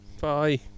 Bye